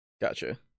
Gotcha